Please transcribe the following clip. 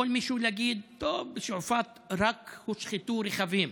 יכול מישהו להגיד: טוב, בשועפאט רק הושחתו רכבים.